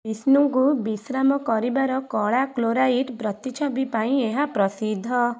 ବିଷ୍ଣୁଙ୍କୁ ବିଶ୍ରାମ କରିବାର କଳା କ୍ଲୋରାଇଟ୍ ପ୍ରତିଛବି ପାଇଁ ଏହା ପ୍ରସିଦ୍ଧ